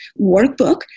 workbook